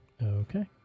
Okay